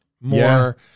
More